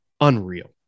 unreal